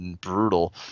brutal